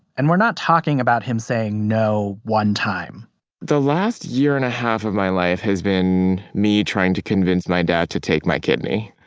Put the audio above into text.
and we're not talking about him saying no one time the last year and a half of my life has been me trying to convince my dad to take my kidney.